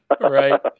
Right